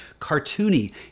cartoony